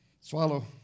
Swallow